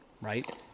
right